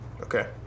Okay